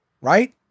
right